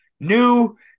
new